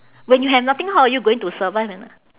when you have nothing how are you going to survive and n~